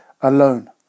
alone